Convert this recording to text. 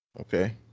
Okay